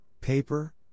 paper